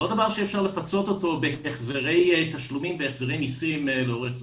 זה לא דבר שאפשר לפצות אותו בהחזר תשלומים והחזרי מסים לאורך זמן.